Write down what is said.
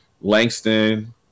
Langston